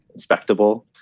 inspectable